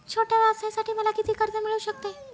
छोट्या व्यवसायासाठी मला किती कर्ज मिळू शकते?